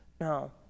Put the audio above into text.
No